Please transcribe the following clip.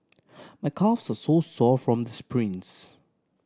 my calves so so sore from the sprints